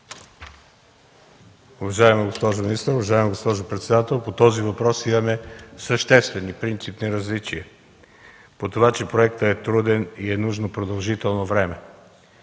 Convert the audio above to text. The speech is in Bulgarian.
Уважаема госпожо министър, уважаема госпожо председател, по този въпрос имаме съществени принципни различия – че проектът е труден, и е нужно продължително време.